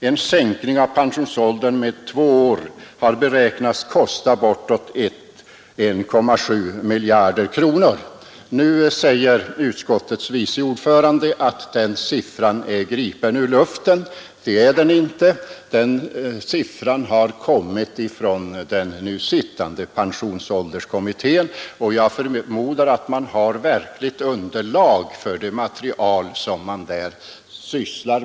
En sänkning av pensionsåldern med två år har beräknats kosta bortåt 1,7 miljarder kronor. Nu säger utskottets vice ordförande att den siffran är gripen ur luften. Det är den emellertid inte; den har nämnts av den nu sittande pensionsålderskommittén, och jag förmodar att man har verkligt underlag för det material som man där behandlar.